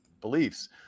beliefs